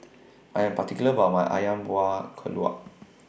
I Am particular about My Ayam Buah Keluak